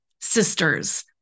sisters